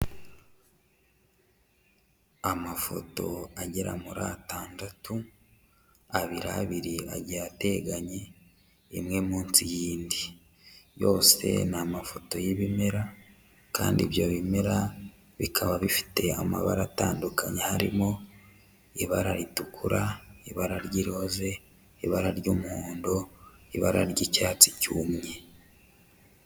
Amafoto agera muri atandatu, abiri abiri agiye ateganye imwe munsi y'indi. Yose ni amafoto y'ibimera kandi ibyo bimera bikaba bifite amabara atandukanye harimo ibara ritukura, ibara ry'iroza, ibara ry'umuhondo, ibara ry'icyatsi cyumye.